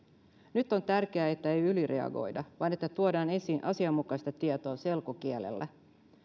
nyt on tärkeää että ei ylireagoida vaan että tuodaan esiin asianmukaista tietoa selkokielellä